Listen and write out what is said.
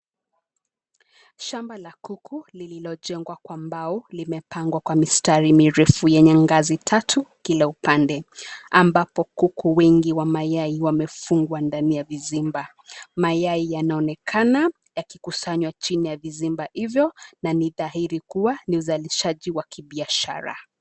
Shamba la kuku lililojengwa kwa mbao limepangwa kwa mistari mirefu yenye ngazi tatu kila upande ambapo kuku wengi wa mayai wamefungwa ndani vizimba. Mayai yanaonekana yakikusanywa chini ya vizimba hiyvo na ni dhaili kuwa ni uzalizaji wa kibiashara.